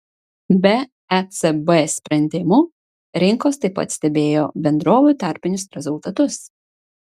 be ecb sprendimų rinkos taip pat stebėjo bendrovių tarpinius rezultatus